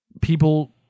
people